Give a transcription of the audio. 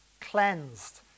cleansed